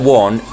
one